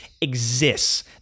exists